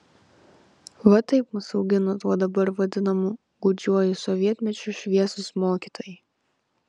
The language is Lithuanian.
va taip mus augino tuo dabar vadinamu gūdžiuoju sovietmečiu šviesūs mokytojai